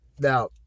Now